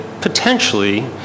potentially